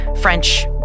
French